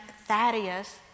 Thaddeus